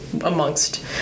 amongst